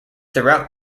throughout